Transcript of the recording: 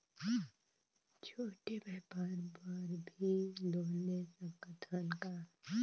छोटे व्यापार बर भी लोन ले सकत हन का?